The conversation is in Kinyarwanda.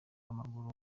w’amaguru